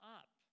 up